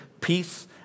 peace